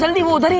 the world